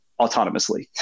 autonomously